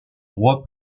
droit